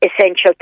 essential